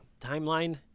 timeline